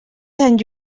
sant